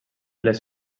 les